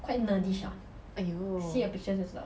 !aiyo!